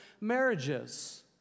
marriages